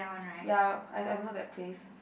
ya I I know that place